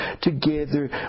together